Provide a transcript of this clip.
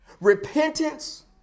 Repentance